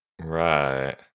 Right